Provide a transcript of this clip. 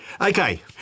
Okay